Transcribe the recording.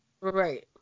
right